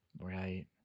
Right